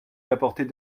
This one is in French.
d’apporter